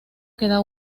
queda